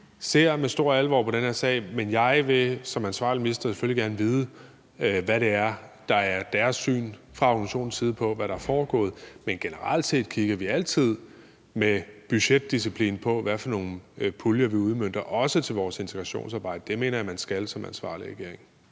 ser med stor alvor på den her sag, men jeg vil som ansvarlig minister selvfølgelig gerne vide, hvad det er, der er deres syn fra organisationens side på, hvad der er foregået. Men generelt set kigger vi altid med budgetdisciplin på, hvad for nogle puljer vi udmønter, også til vores integrationsarbejde. Det mener jeg man skal som ansvarlig regering.